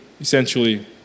Essentially